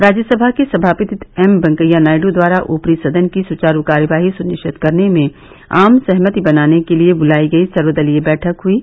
राज्यसभा के सभापति एम वेंकैया नायडू द्वारा ऊपरी सदन की सुचारु कार्यवाही सुनिश्चित करने में आम सहमति बनाने के लिए बुलाई गई सर्वदलीय बैठक हुयी